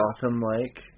Gotham-like